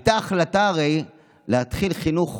הרי הייתה החלטה להתחיל חינוך